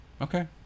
okay